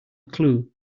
clue